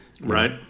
Right